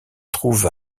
trouve